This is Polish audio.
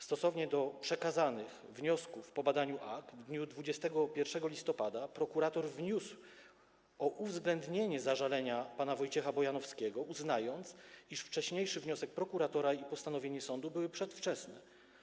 Stosownie do przekazanych wniosków po badaniu akt w dniu 21 listopada prokurator wniósł o uwzględnienie zażalenia pana Wojciecha Bojanowskiego, uznając, iż wcześniejszy wniosek prokuratora i postanowienie sądu były przedwczesne.